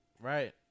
right